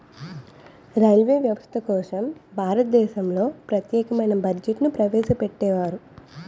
railway వ్యవస్థ కోసం భారతదేశంలో ప్రత్యేకమైన బడ్జెట్ను ప్రవేశపెట్టేవారు